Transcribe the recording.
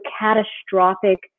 catastrophic